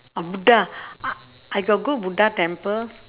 oh buddha I I got go buddha temple